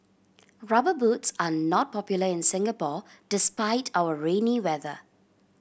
Rubber Boots are not popular in Singapore despite our rainy weather